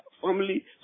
family